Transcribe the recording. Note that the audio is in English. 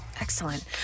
Excellent